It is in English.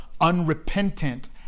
unrepentant